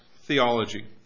theology